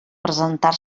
presentar